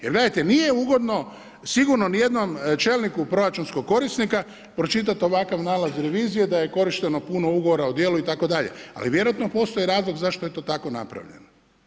Jer gledajte, nije ugodno sigurno ni jednom čelniku proračunskog korisnika pročitati ovakav nalaz revizije da je korišteno puno ugovora o djelu itd., ali vjerojatno postoji razlog zašto je to tako napravljeno.